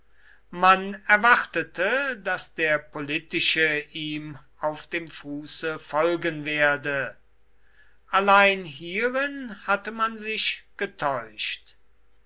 man erwartete daß der politische ihm auf dem fuße folgen werde allein hierin hatte man sich getäuscht